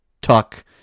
talk